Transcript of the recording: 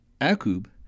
Akub